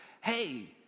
Hey